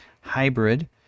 Hybrid